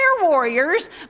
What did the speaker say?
warriors